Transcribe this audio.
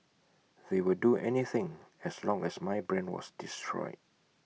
they would do anything as long as my brand was destroyed